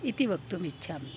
इति वक्तुम् इच्छामि